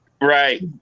right